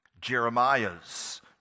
Jeremiahs